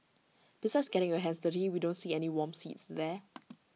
besides getting your hands dirty we don't see any warm seats there